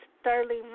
Starling